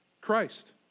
Christ